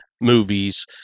movies